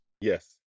yes